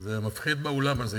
זה מפחיד באולם הזה,